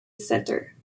centre